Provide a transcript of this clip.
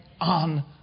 on